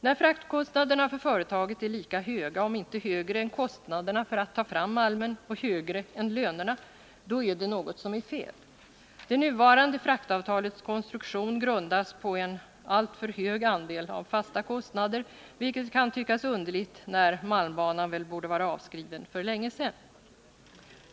När fraktkostnaderna för företaget är lika höga som kostnaderna för att ta fram malmen — om inte högre och när de är högre än lönekostnaderna, då är det något som är fel. Det nuvarande fraktavtalets konstruktion grundas på en alltför hög andel fasta kostnader för SJ, vilket kan tyckas underligt när malmbanan väl borde vara avskriven för länge sedan.